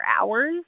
hours